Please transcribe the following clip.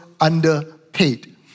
underpaid